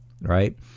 right